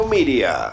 Media